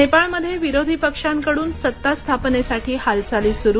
नेपाळमध्ये विरोधी पक्षांकडून सत्ता स्थापनेसाठी हालचाली सुरू